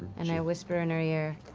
and i whisper in her ear.